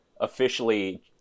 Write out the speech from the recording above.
officially